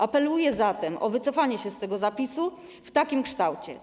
Apeluję zatem o wycofanie się z tego zapisu w takim kształcie.